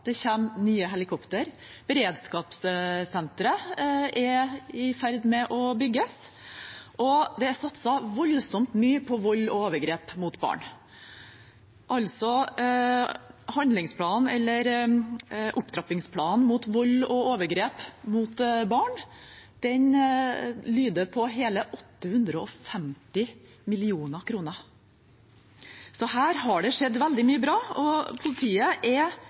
det kommer nye helikoptre, beredskapssenteret er i ferd med å bygges, og det er satset voldsomt mye mot vold og overgrep mot barn. Opptrappingsplanen mot vold og overgrep mot barn er på hele 850 mill. kr. Her har det skjedd veldig mye bra, og politiet er